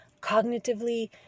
Cognitively